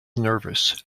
nervous